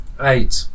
Eight